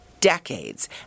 decades